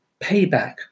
payback